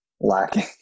lacking